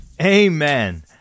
Amen